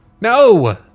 No